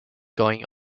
going